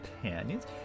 companions